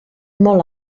molt